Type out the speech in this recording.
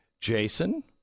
Jason